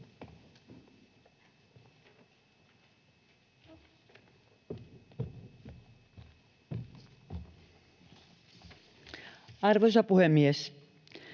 Arvoisa puhemies!